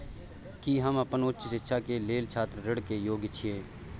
की हम अपन उच्च शिक्षा के लेल छात्र ऋण के योग्य छियै?